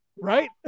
right